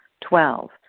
Twelve